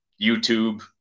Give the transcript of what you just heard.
YouTube